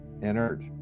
inert